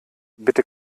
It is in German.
bitte